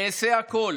אעשה הכול